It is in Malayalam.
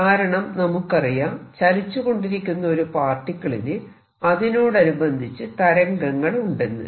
കാരണം നമുക്കറിയാം ചലിച്ചുകൊണ്ടിരിക്കുന്ന ഒരു പാർട്ടിക്കിളിനു അതിനോടനുബന്ധിച്ച് തരംഗങ്ങൾ ഉണ്ടെന്ന്